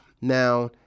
Now